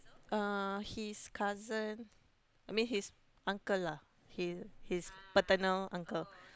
uh his cousin I mean his uncle lah his his paternal uncle